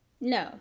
No